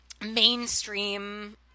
mainstream